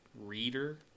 reader